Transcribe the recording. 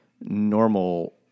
normal